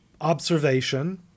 observation